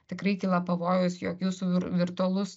tikrai kyla pavojus jog jūsų vir virtualus